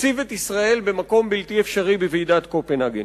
תציב את ישראל במקום בלתי אפשרי בוועידת קופנהגן.